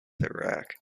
iraq